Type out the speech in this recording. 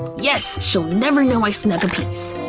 yes! she'll never know i snuck a piece!